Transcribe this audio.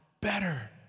better